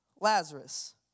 Lazarus